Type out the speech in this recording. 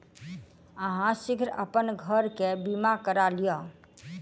अहाँ शीघ्र अपन घर के बीमा करा लिअ